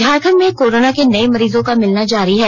झारखंड में कोरोना के नये मरीजों का मिलना जारी है